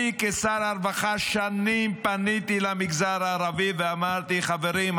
אני כשר הרווחה שנים פניתי למגזר הערבי ואמרתי: חברים,